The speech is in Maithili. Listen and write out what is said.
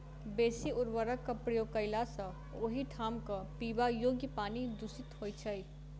बेसी उर्वरकक प्रयोग कयला सॅ ओहि ठामक पीबा योग्य पानि दुषित होइत छै